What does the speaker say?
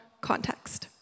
context